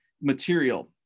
material